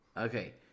Okay